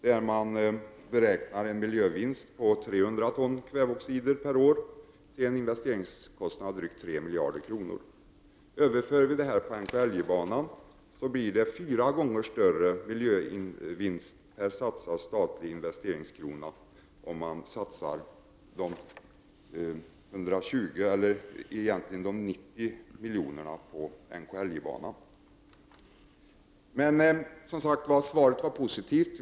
Man räknar där med en miljövinst på 300 ton kväveoxider per år till en investeringskostnad av drygt 3 miljarder kronor. Det kommer att bli en fyra gånger större miljövinst per satsad statlig investeringskrona om man satsar 120 milj.kr., eller egentligen 90 milj.kr., på NKLJ-banan. Det svar kommunikationsministern gav var positivt.